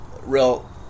real